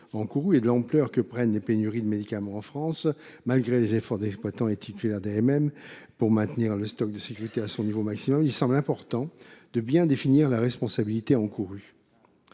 et de l’ampleur que prennent les pénuries de médicaments en France, malgré les efforts des exploitants et titulaires d’AMM pour maintenir le stock de sécurité à son niveau maximum, il semble important de bien définir la responsabilité encourue.